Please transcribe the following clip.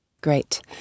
Great